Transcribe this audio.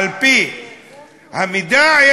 על-פי המידע,